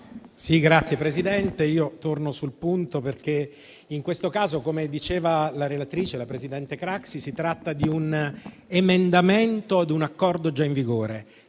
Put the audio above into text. Signor Presidente, torno sul punto, perché in questo caso - come diceva la relatrice, la presidente Craxi - si tratta di un emendamento a un Accordo già in vigore;